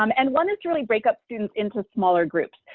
um and one is really break up students into smaller groups.